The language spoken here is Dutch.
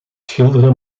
schilderen